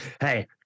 hey